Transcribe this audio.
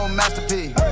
masterpiece